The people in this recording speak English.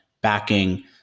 backing